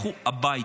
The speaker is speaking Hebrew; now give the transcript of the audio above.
לכו הביתה.